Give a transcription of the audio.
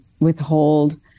withhold